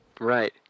Right